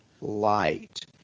light